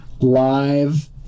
live